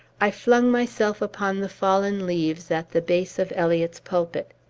i flung myself upon the fallen leaves at the base of eliot's pulpit.